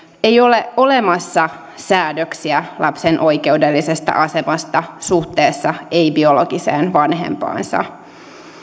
ei ole olemassa säädöksiä lapsen oikeudellisesta asemasta suhteessa ei biologiseen vanhempaansa